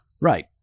Right